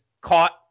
caught